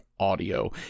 Audio